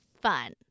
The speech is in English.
fun